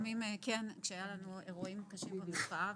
לפעמים כשהיו לנו אירועים קשים במרפאה,